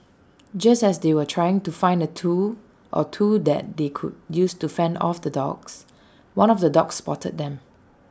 just as they were trying to find A tool or two that they could use to fend off the dogs one of the dogs spotted them